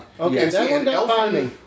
okay